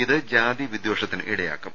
ഇത് ജാതി വിദേഷത്തിനിടയാക്കും